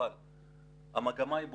אבל המגמה היא ברורה.